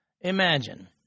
Imagine